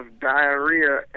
diarrhea